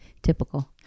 typical